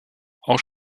auch